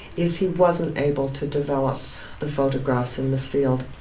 is he wasn't able to develop the photographs in the field.